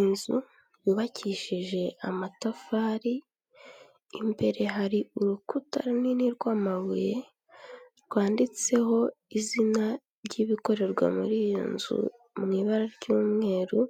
Inzu yubakishije amatafari, imbere hari urukuta runini rw'amabuye rwanditseho izina ry'ibikorerwa muri iyo nzu mu ibara ry'umweru,